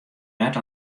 net